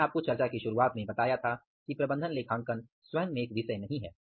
मैंने आपको चर्चा की शुरुआत में बताया था कि प्रबंधन लेखांकन स्वयं में एक विषय नहीं है